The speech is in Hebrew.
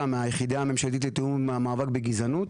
מהיחידה הממשלתית לתיאום המאבק בגזענות.